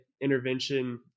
intervention